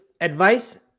advice